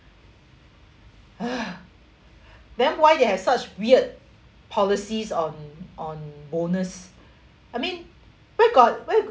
then why they have such weird policies on on owners I mean where got where